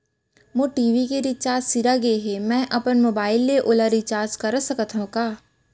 मोर TV के recharge सिरा गे हे, मैं अपन मोबाइल ले ओला रिचार्ज करा सकथव का?